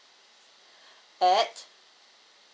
at